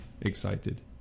excited